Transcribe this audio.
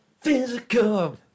physical